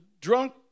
drunk